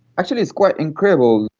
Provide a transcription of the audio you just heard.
actually it's quite incredible.